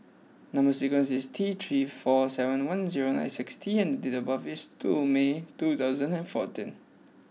number sequence is T three four seven one zero nine six T and date of birth is two May two thousand and fourteen